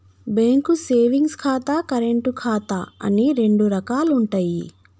bank savings ఖాతా, current ఖాతా అని రెండు రకాలుంటయ్యి